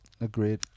Agreed